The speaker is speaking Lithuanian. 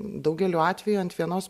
daugeliu atvejų ant vienos